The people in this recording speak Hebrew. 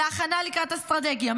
להכנה לקראת אסטרטגיה,